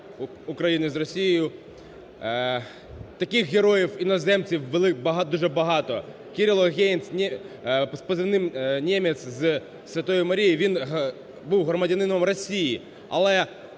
України з Росією. Таких героїв іноземців дуже багато. Кирило Гейнц з позивним "Немец", зі "Святої Марії". Він був громадянином Росії.